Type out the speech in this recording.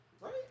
Right